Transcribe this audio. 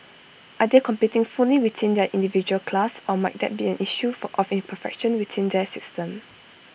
are they competing fully within their individual class or might that be an issue of imperfection within that system